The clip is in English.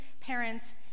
parents